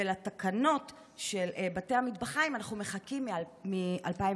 לתקנות של בתי המטבחיים אנחנו מחכים מ-2016.